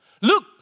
Look